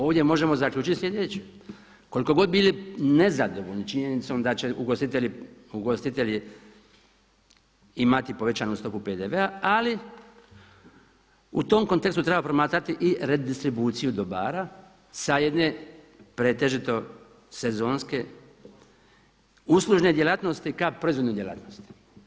Ovdje možemo zaključiti sljedeće, koliko god bili nezadovoljni činjenicom da će ugostitelji imati povećanu stopu PDV-a ali u tom kontekstu treba promatrati i redistribuciju dobara sa jedne pretežito sezonske uslužne djelatnosti kao proizvodne djelatnosti.